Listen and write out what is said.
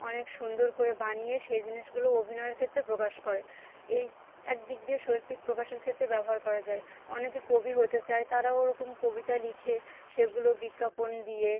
অনেক সুন্দর করে বানিয়ে সেই জিনিসগুলো অভিনয়ের ক্ষেত্রে প্রকাশ করে এই এক দিক দিয়ে শৈল্পিক প্রকাশের ক্ষেত্রে ব্যবহার করা যায় অনেকে কবি হতে চায় তারাও ওরকম কবিতা লিখে সেগুলো বিজ্ঞাপন দিয়ে